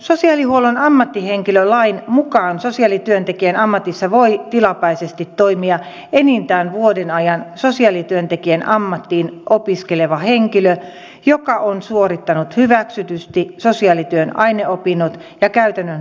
sosiaalihuollon ammattihenkilölain mukaan sosiaalityöntekijän ammatissa voi tilapäisesti toimia enintään vuoden ajan sosiaalityöntekijän ammattiin opiskeleva henkilö joka on suorittanut hyväksytysti sosiaalityön aineopinnot ja käytännön harjoittelun